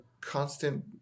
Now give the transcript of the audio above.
constant